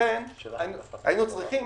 לכן היינו צריכים